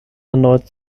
erneut